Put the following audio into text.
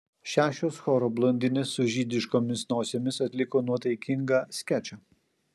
šešios choro blondinės su žydiškomis nosimis atliko nuotaikingą skečą